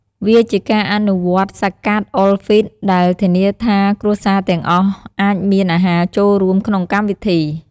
វាជាការអនុវត្តន៍ហ្សាកាតអ៊ុលហ្វីត្រ ដែលធានាថា គ្រួសារទាំងអស់អាចមានអាហារចូលរួមក្នុងកម្មវិធី។